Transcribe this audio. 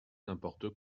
n’importe